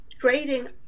Trading